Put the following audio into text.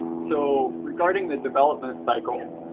so regarding the development cycle,